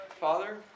Father